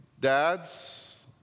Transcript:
dads